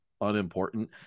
unimportant